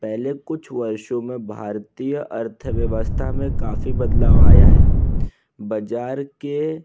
पहले कुछ वर्षों में भारतीय अर्थव्यवस्था में काफ़ी बदलाव आया है बाज़ार के